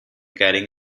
carrying